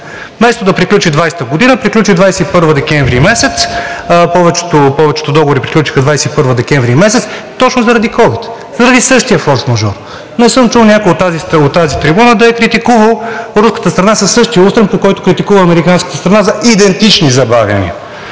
Вместо да приключи 2020 г., приключи 2021 г. декември месец. Повечето договори приключиха 2021 г. декември месец точно заради ковид, заради същия форсмажор. Не съм чул някой от тази трибуна да е критикувал руската страна със същия устрем, с който критикува американската страна за идентични забавяния,